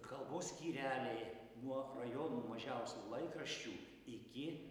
kalbos skyreliai nuo rajonų mažiausių laikraščių iki